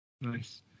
Nice